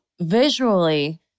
visually